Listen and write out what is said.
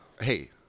hey